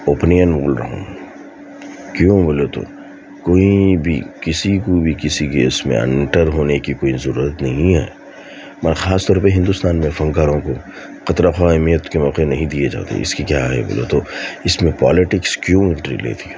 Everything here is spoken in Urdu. اوپینین بول رہے ہیں کیوں بولے تو کوئی بھی کسی کو بھی کسی کے اس میں انتر ہونے کی کوئی ضرورت نہیں ہے میں خاص طور پہ ہندوستان میں فنکاروں کو خاطر خواہ اہمیت کے موقع نہیں دیے جاتے اس کی کیا ہے بولے تو اس میں پولیٹکس کیوں انٹری لیتی